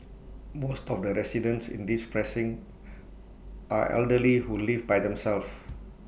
most of the residents in this precinct are elderly who live by themselves